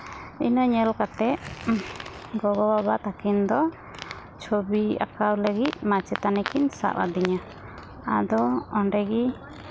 ᱤᱱᱟᱹ ᱧᱮᱞ ᱠᱟᱛᱮᱫ ᱜᱚᱜᱚᱼᱵᱟᱵᱟ ᱛᱟᱹᱠᱤᱱ ᱫᱚ ᱪᱷᱚᱵᱤ ᱟᱸᱠᱟᱣ ᱞᱟᱹᱜᱤᱫ ᱢᱟᱪᱮᱛᱟᱱᱤ ᱠᱤᱱ ᱥᱟᱵ ᱟᱹᱫᱤᱧᱟ ᱟᱫᱚ ᱚᱸᱰᱮᱜᱮ